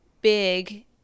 big